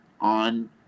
on